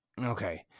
Okay